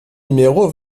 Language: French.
numéro